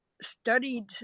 studied